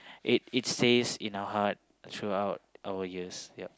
it it stays in our heart throughout our years